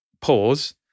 pause